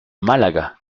málaga